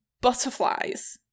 butterflies